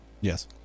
Yes